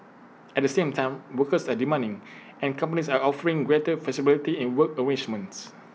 at the same time workers are demanding and companies are offering greater flexibility in work arrangements